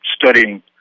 studying